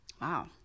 wow